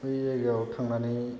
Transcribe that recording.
बै जायगायाव थांनानै